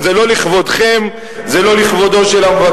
זה לא לכבודכם, זה לא לכבודו של המבקר.